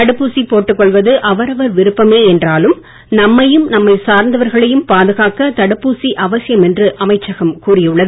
தடுப்பூசி போட்டுக் கொள்வது அவரவர் விருப்பமே என்றாலும் நம்மையும் நம்மைச் சார்ந்தவர்களையும் பாதுகாக்க தடுப்பூசி அவசியம் என்று அமைச்சகம் கூறியுள்ளது